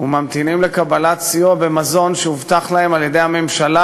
וממתינים לקבלת סיוע ומזון שהובטחו להם על-ידי הממשלה,